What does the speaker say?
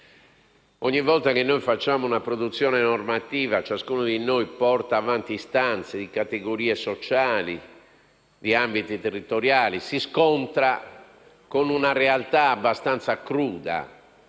Ogni volta che noi facciamo una produzione normativa, ciascuno di noi porta avanti istanze di categorie sociali e di ambiti territoriali, ma si scontra con una realtà abbastanza cruda,